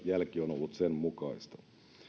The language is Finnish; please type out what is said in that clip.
jälki on ollut sen mukaista